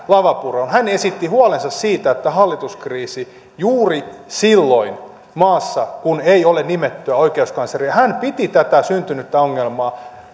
lavapuroon niin hän esitti huolensa siitä että hallituskriisi on juuri silloin maassa kun ei ole nimettyä oikeuskansleria hän piti tätä syntynyttä ongelmaa